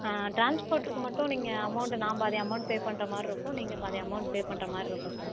ஆ ட்ரான்ஸ்போர்ட்டுக்கு மட்டும் நீங்கள் அமௌன்ட் நான் பாதி அமௌன்ட் பே பண்ணுற மாதிரி இருக்கும் நீங்கள் பாதி அமௌன்ட் பே பண்ணுற மாதிரி இருக்கும் சார்